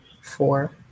four